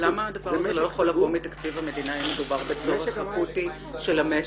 למה הדבר הזה לא יכול לבוא מתקציב המדינה אם מדובר בצורך אקוטי של המשק?